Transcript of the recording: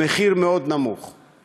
במחיר נמוך מאוד.